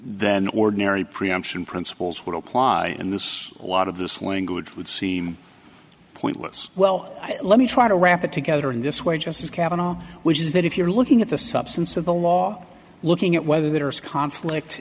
then ordinary preemption principles would apply and this a lot of this language would seem pointless well let me try to wrap it together in this way just as cavanagh which is that if you're looking at the substance of the law looking at whether bidders conflict